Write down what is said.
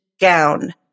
gown